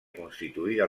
constituïda